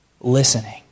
Listening